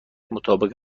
مطابق